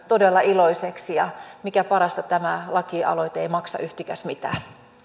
todella iloiseksi ja mikä parasta tämä lakialoite ei maksa yhtikäs mitään